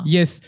Yes